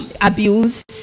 abuse